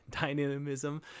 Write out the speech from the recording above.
dynamism